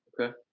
Okay